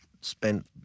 spent